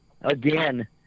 again